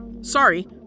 Sorry